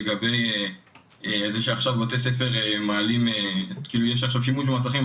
לגבי זה שעכשיו בבתי הספר יש שימוש במסכים.